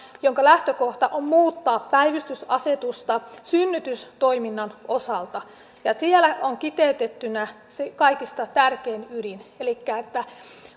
jonka lähtökohta on muuttaa päivystysasetusta synnytystoiminnan osalta siellä on kiteytettynä se kaikista tärkein ydin elikkä että